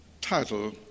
title